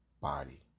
body